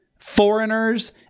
foreigners